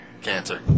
Cancer